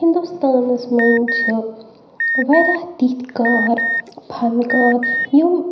ہِندوستانَس منٛز چھِ واریاہ تِتھۍ کار فَن کار یِم